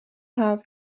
have